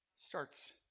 Starts